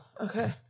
Okay